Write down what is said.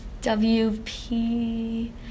WP